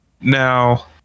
Now